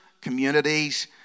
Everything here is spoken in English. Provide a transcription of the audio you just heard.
communities